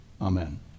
Amen